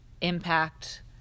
impact